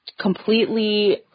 completely